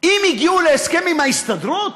אם הגיעו להסכם עם ההסתדרות?